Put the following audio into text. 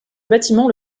bâtiment